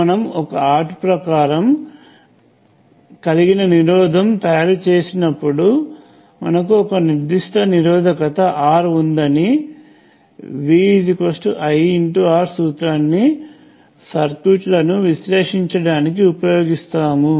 మనం ఒక ఆర్ట్ ఆకారం కలిగిన నిరోధకం తయారు చేసినప్పుడు మనకు ఒక నిర్దిష్ట నిరోధకత R ఉందని VIR సూత్రాన్ని సర్క్యూట్లను విశ్లేషించడానికి ఉపయోగిస్తాము